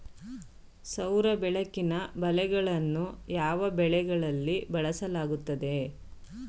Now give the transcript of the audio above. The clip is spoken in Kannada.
ಸೌರ ಬೆಳಕಿನ ಬಲೆಗಳನ್ನು ಯಾವ ಬೆಳೆಗಳಲ್ಲಿ ಬಳಸಲಾಗುತ್ತದೆ?